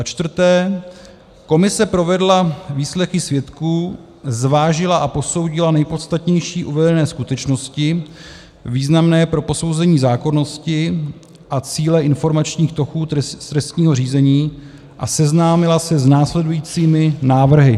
4) Komise provedla výslechy svědků, zvážila a posoudila nejpodstatnější uvedené skutečnosti významné pro posouzení zákonnosti a cíle informačních toků z trestního řízení a seznámila se s následujícími návrhy.